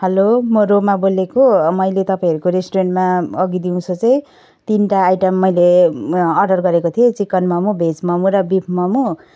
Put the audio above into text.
hello म डोमा बोलेको मैले तपाईँहरूको रेस्टुरेन्टमा अघि दिउँसो चाहिँ तिनवटा आइटम मैले अर्डर गरेको थिएँ चिकन मोमो भेज मोमो र बिफ मोमो